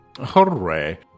Hooray